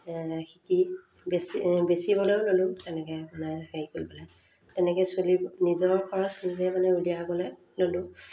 শিকি বেছি বেচিবলৈও ল'লোঁ তেনেকৈ মানে হেৰি কৰি পেলাই তেনেকৈয়ে চলি নিজৰ খৰচ নিজে মানে উলিয়াবলৈ ল'লোঁ